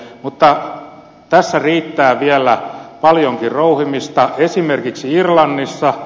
mutta tässä riittää vielä paljonkin rouhimista esimerkiksi irlannissa